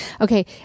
okay